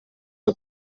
que